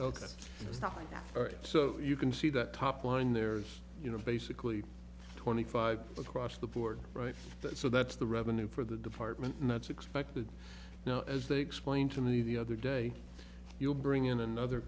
stuff so you can see that top line there's you know basically twenty five across the board right that so that's the revenue for the department and that's expected now as they explained to me the other day you'll bring in another